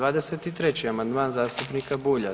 23. amandman zastupnika Bulja.